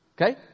Okay